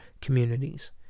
communities